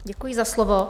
Děkuji za slovo.